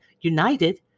united